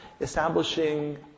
establishing